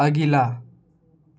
अगिला